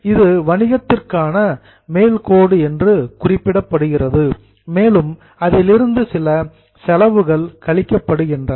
இது வணிகத்திற்கான மேல் கோடு என்று குறிப்பிடப்படுகிறது மேலும் அதிலிருந்து சில செலவுகள் டிடக்ட்டட் கழிக்கப்படுகின்றன